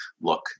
look